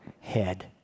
head